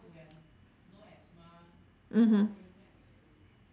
mmhmm